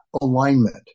Alignment